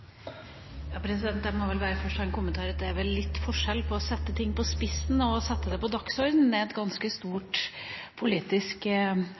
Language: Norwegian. Jeg må først kommentere at det vel er litt forskjell på å sette ting på spissen og å sette ting på dagsordenen. Det er et ganske stort politisk